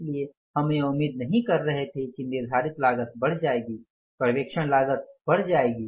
इसलिए हम यह उम्मीद नहीं कर रहे थे कि निर्धारित लागत बढ़ जाएगी पर्यवेक्षण लागत बढ़ जाएगी